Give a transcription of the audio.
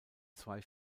zwei